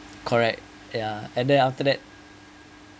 correct ya and then after that